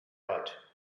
right